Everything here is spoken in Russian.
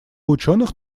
ученых